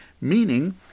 meaning